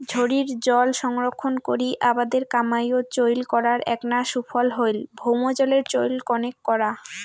ঝড়ির জল সংরক্ষণ করি আবাদের কামাইয়ত চইল করার এ্যাকনা সুফল হইল ভৌমজলের চইল কণেক করা